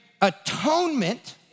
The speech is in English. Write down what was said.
atonement